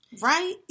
Right